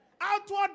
Outward